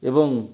ଏବଂ